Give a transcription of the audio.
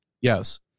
Yes